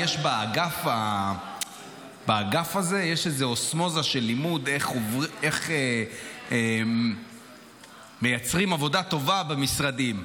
באגף הזה יש איזו אוסמוזה של לימוד איך מייצרים עבודה טובה במשרדים.